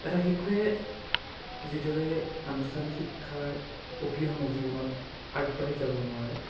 এটা শিশুৱে যিদৰে আনুষ্ঠানিক শিক্ষাৰ অবিহনে জীৱনত আগবাঢ়ি যাব নোৱাৰে